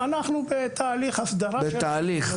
אנחנו נמצאים בתהליך אסדרה --- בתהליך.